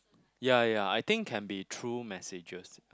ya ya I think can be through messages